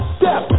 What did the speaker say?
step